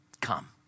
Come